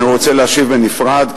אני רוצה להשיב בנפרד,